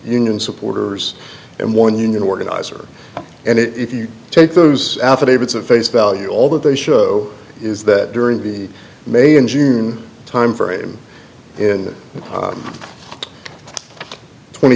nion supporters and one union organizer and if you take those affidavits at face value all that they show is that during the may and june timeframe in twenty